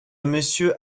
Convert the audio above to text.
monsieur